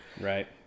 Right